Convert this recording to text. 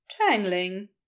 tangling